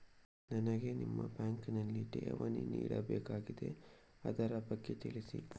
ನನಗೆ ನಿಮ್ಮ ಬ್ಯಾಂಕಿನಲ್ಲಿ ಠೇವಣಿ ಇಡಬೇಕಾಗಿದೆ, ಅದರ ಬಗ್ಗೆ ತಿಳಿಸಿ